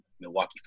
Milwaukee